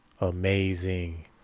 amazing